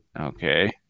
okay